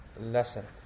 lesson